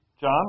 John